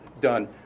done